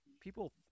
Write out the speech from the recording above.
People